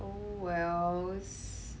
oh wells